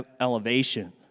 elevation